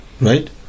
right